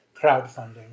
crowdfunding